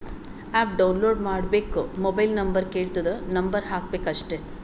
app download ಮಾಡ್ಕೋಬೇಕ್ mobile number ಕೆಳ್ತುದ್ number ಹಾಕಬೇಕ ಅಷ್ಟೇ